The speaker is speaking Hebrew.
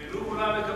בלוב הוא לא היה מקבל,